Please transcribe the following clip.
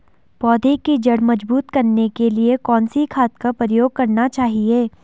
पौधें की जड़ मजबूत करने के लिए कौन सी खाद का प्रयोग करना चाहिए?